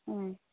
হুম